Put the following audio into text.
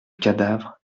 cadavre